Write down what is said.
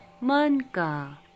manka